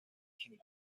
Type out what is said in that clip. kingdom